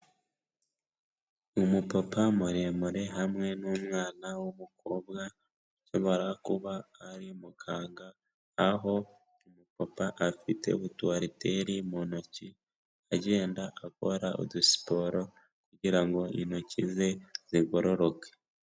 Umupapa muremure hamwe n'umwana w'umukobwa, ushobora kuba ari muganga, aho umupapa afite utu ariteri mu ntoki agenda akora udusiporo kugira ngo intoki ze zigororoke.